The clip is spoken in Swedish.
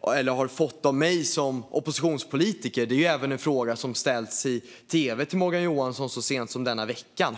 har fått enbart av mig som oppositionspolitiker, utan det är en fråga som även ställts till Morgan Johansson i tv så sent som denna vecka.